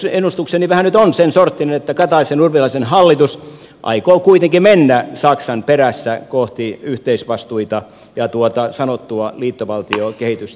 ennustukseni vähän nyt on sen sorttinen että kataisenurpilaisen hallitus aikoo kuitenkin mennä saksan perässä kohti yhteisvastuita ja tuota sanottua liittovaltiokehitystä